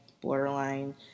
borderline